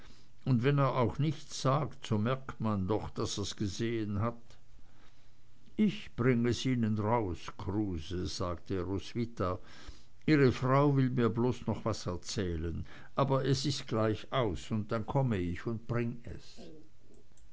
und wenn er auch nichts sagt so merkt man doch daß er's gesehen hat ich bringe es ihnen raus kruse sagte roswitha ihre frau will mir bloß noch was erzählen aber es ist gleich aus und dann komm ich und bring es